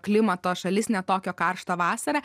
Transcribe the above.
klimato šalis ne tokią karštą vasarą